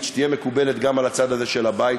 שתהיה מקובלת גם על הצד הזה של הבית,